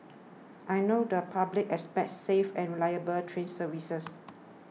I know the public expects safe and reliable train services